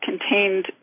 contained